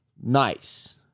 Nice